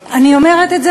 אני אומרת את זה,